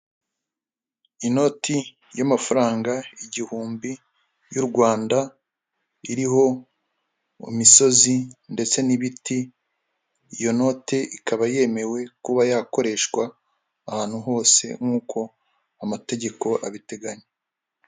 Inoti y'amafaranga igihumbi y'u Rwanda .Iriho imisozi ndetse n'ibiti. Iyo note ikaba yemewe kuba yakoreshwa , ahantu hose nk'uko amategeko abiteganya.